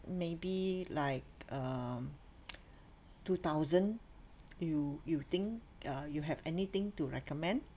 maybe like um two thousand you you think uh you have anything to recommend